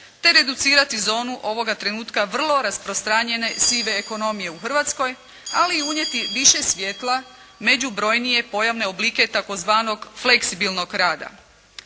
te reducirati zonu ovoga trenutka vrlo rasprostranjene sive ekonomije u Hrvatskoj ali i unijeti više svjetla među brojnije pojavne oblike tzv. fleksibilnog rada.